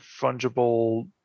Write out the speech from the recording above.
fungible